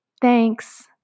Thanks